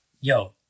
Yo